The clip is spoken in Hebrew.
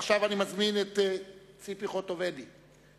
עכשיו אני מזמין את חברת הכנסת ציפי חוטובלי לנאום,